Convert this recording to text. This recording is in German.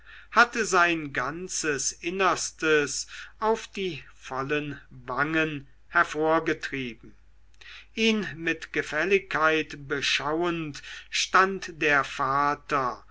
hatte sein ganzes innerste auf die vollen wangen hervorgetrieben ihn mit gefälligkeit beschauend stand der vater